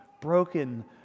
broken